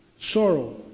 sorrow